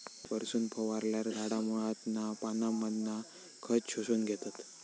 वरसून फवारल्यार झाडा मुळांतना पानांमधना खत शोषून घेतत